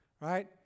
Right